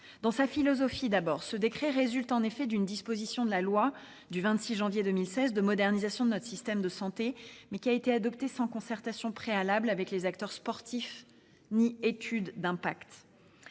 Dans sa philosophie d'abord, ce décret résulte en effet d'une disposition de la loi du 26 janvier 2016 de modernisation de notre système de santé, mais qui a été adoptée sans concertation préalable avec les acteurs sportifs ni études d'impact.